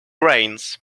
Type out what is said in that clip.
rains